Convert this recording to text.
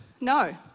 No